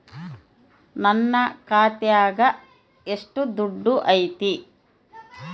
ನನ್ನ ಖಾತ್ಯಾಗ ಎಷ್ಟು ದುಡ್ಡು ಐತಿ?